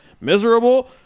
miserable